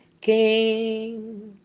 king